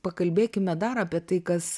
pakalbėkime dar apie tai kas